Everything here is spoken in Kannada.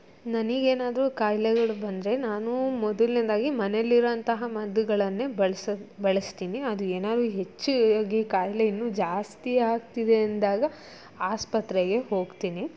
ನನಗೇನಾದರೂ ಕಾಯಿಲೆಗಳು ಬಂದರೆ ನಾನು ಮೊದಲನೇದಾಗಿ ಮನೆಯಲ್ಲಿರುವಂತಹ ಮದ್ದುಗಳನ್ನೇ ಬಳಸಿ ಬಳಸ್ತೀನಿ ಅದು ಏನಾದರೂ ಹೆಚ್ಚಾಗಿ ಕಾಯಿಲೆ ಇನ್ನೂ ಜಾಸ್ತಿ ಆಗ್ತಿದೆ ಅಂದಾಗ ಆಸ್ಪತ್ರೆಗೆ ಹೋಗ್ತೀನಿ